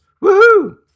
Woo-hoo